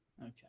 Okay